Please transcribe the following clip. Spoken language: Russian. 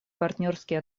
партнерские